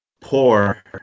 poor